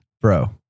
bro